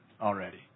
already